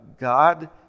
God